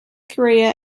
career